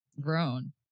grown